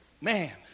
man